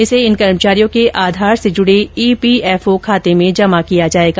इसे इन कर्मचारियों के आधार से जुड़े ईपीएफओ खाते में जमा किया जाएगा